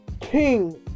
King